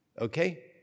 okay